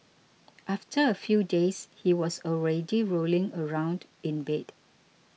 after a few days he was already rolling around in bed